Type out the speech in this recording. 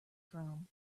from